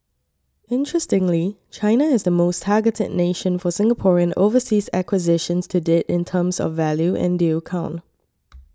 interestingly China is the most targeted nation for Singaporean overseas acquisitions to date in terms of value and deal count